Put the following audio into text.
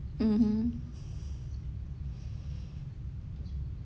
mmhmm